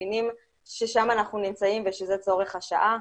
מבינים ששם אנחנו נמצאים ושזה צורך השעה,